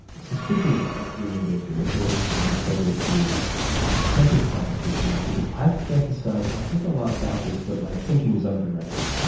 speaking of dreaming big dreams, i think this is a good segue to incentive competitions because i fantasize, i think a lot about this, but my thinking is undirected.